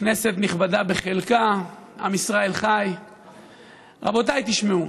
כנסת נכבדה בחלקה, עם ישראל חי, רבותיי, תשמעו: